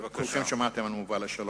כולכם שמעתם על מובל השלום.